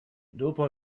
dopo